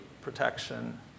protection